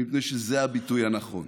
מפני שזה הביטוי הנכון.